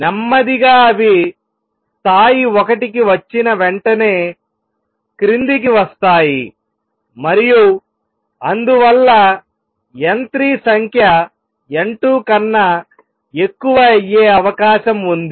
నెమ్మదిగా అవి స్థాయి 1 కి వచ్చిన వెంటనే క్రిందికి వస్తాయి మరియు అందువల్ల n3 సంఖ్య n2 కన్నా ఎక్కువ అయ్యే అవకాశం ఉంది